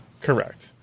correct